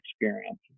experience